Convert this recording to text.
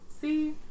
See